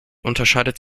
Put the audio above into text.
unterscheidet